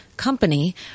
Company